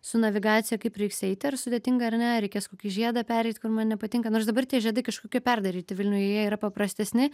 su navigacija kaip reiks eiti ar sudėtinga ar ne ar reikės kokį žiedą pereit kur man nepatinka nors dabar tie žiedai kažkokie perdaryti vilniuj jie yra paprastesni